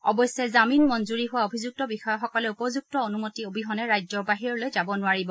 অৱশ্যে জামিনমঞ্জুৰী হোৱা অভিযুক্ত বিষয়াসকলে উপযুক্ত অনুমতি অবিহনে ৰাজ্যৰ বাহিৰলৈ যাব নোৱাৰিব